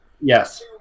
Yes